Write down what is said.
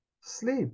sleep